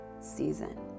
season